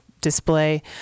display